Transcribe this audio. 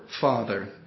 father